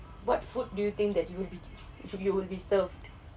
what food do you think that you will be you will be served